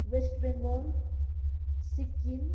West Bengal Sikkim